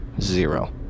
zero